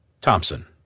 Thompson